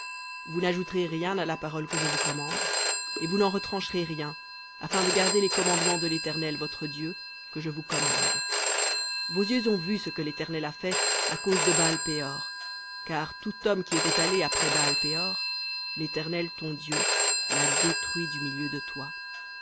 vous n'ajouterez rien à la parole que je vous commande et vous n'en retrancherez rien afin de garder les commandements de l'éternel votre dieu que je vous commande vos yeux ont vu ce que l'éternel a fait à cause de baal péor car tout homme qui était allé après baal péor l'éternel ton dieu l'a détruit du milieu de toi